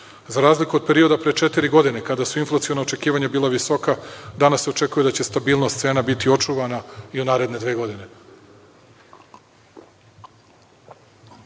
Za razliku od perioda od pre četiri godine, kada su inflaciona očekivanja bila visoka, danas se očekuje da će stabilnost cena biti očuvana i u naredne dve